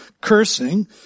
cursing